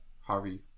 Harvey